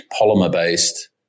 polymer-based